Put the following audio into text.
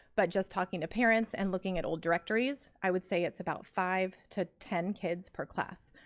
but just talking to parents and looking at old directories, i would say it's about five to ten kids per class.